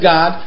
God